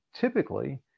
typically